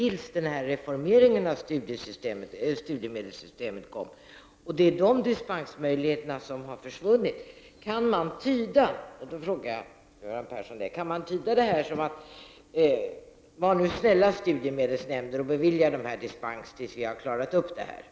Jag vill fråga Göran Persson om man kan tyda detta uttalande som en vädjan: Snälla studiemedelsnämnden, bevilja dessa elever dispens tills de har klarat upp problemen! Herr talman! Ingrid Sundberg vet lika väl som jag att det inte är särskilt lämpligt att ge direktiv till statliga myndigheter från riksdagens talarstol, särskilt inte av ett statsråd. Där får vi nog passa oss litet. Det jag har svarat på frågan är att den just nu bereds i regeringskansliet. Därutöver har jag ingen ytterligare kommentar.